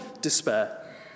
despair